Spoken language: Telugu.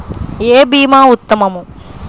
ఏ భీమా ఉత్తమము?